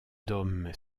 dome